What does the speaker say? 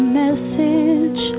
message